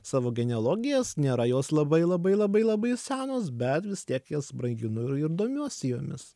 savo genealogijas nėra jos labai labai labai labai senos bet vis tiek jas branginu ir domiuosi jomis